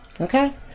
Okay